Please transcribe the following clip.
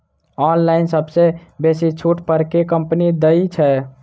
Online सबसँ बेसी छुट पर केँ कंपनी दइ छै?